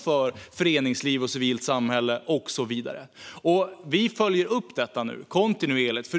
för föreningsliv, för civilt samhälle och så vidare. Vi följer nu upp detta kontinuerligt.